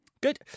Good